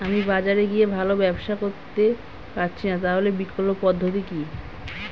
আমি বাজারে গিয়ে ভালো ব্যবসা করতে পারছি না তাহলে বিকল্প পদ্ধতি কি?